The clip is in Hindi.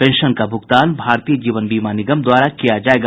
पेंशन का भुगतान भारतीय जीवन बीमा निगम द्वारा किया जायेगा